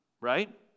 right